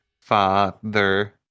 father